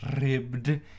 ribbed